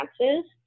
chances